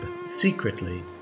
secretly